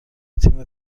تیم